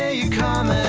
ah you. come